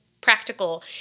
practical